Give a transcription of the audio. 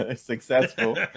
successful